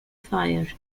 fire